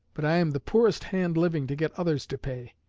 but i am the poorest hand living to get others to pay.